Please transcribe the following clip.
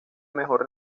mejor